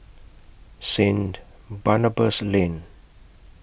Saint Barnabas Lane